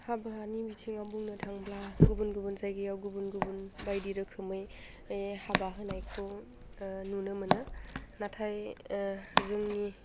हाबानि बिथिङाव बुंनो थाङोब्ला गुबुन गुबुन जायगायाव गुबुन गुबुन बायदि रोखोमै बे हाबा होनायखौ नुनो मोनो नाथाय जोंनि